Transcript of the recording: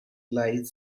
lie